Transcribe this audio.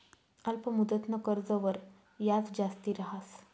अल्प मुदतनं कर्जवर याज जास्ती रहास